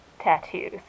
tattoos